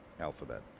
alphabet